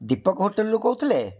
ଦୀପକ ହୋଟେଲରୁ କହୁଥିଲେ